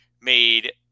made